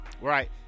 Right